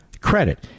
credit